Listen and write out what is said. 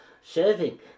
serving